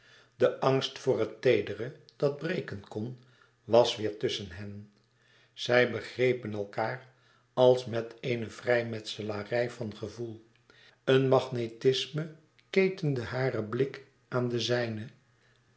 de angst voor het teedere dat breken kon was weêr tusschen hen zij begrepen elkaâr als met eene vrijmetselarij van gevoel een magnetisme ketende haren blik aan den zijne